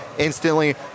Instantly